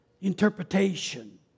interpretation